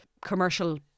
commercial